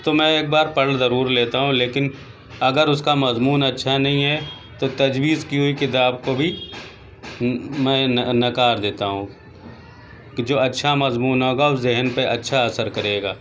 تو میں ایک بار پڑھ ضرور لیتا ہوں لیکن اگر اس کا مضمون اچھا نہیں ہے تو تجویز کی ہوئی کتاب کو بھی میں نکار دیتا ہوں کہ جو اچھا مضمون ہوگا وہ ذہن پہ اچھا اثر کرے گا